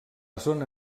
zona